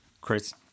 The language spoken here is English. Chris